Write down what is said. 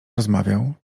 rozmawiał